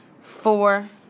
four